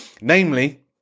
namely